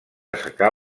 assecar